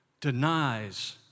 denies